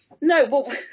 No